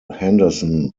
henderson